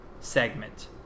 segment